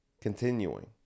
Continuing